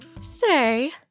Say